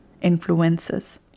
influences